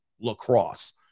lacrosse